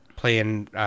Playing